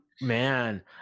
man